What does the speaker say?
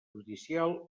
judicial